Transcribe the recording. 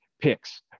picks